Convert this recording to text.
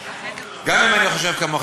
גם אם אני חושב כמוך,